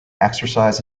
exercise